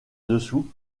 dessous